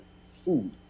Food